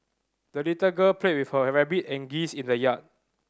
the little girl played with her rabbit and geese in the yard